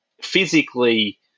Physically